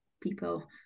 people